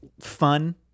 fun